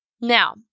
Now